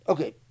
Okay